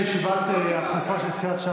נדמה לי שהישיבה הדחופה של סיעת ש"ס,